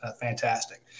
fantastic